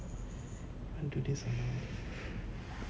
you want do this or not